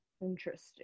Interesting